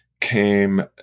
came